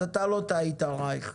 אז אתה לא טעית, רייך.